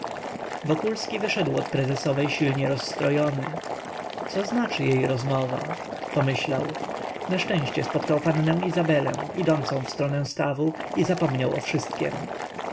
wokulski wyszedł od prezesowej silnie rozstrojony co znaczy jej rozmowa pomyślał na szczęście spotkał pannę izabelę idącą w stronę stawu i zapomniał o wszystkiem